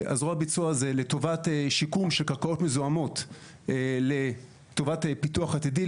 הזרוע ביצוע הזה לטובת שיקום של קרקעות מזוהמות לטובת פיתוח עתידי,